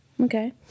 Okay